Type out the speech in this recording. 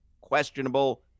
questionable